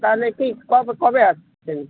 তাহলে ঠিক কবে কবে আসছেন